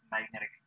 magnetic